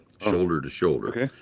shoulder-to-shoulder